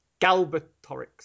Galbatorix